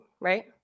right